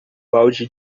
balde